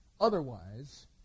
Otherwise